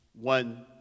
one